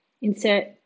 insert